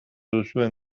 duzuen